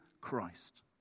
Christ